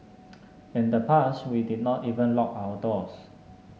in the past we did not even lock our doors